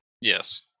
Yes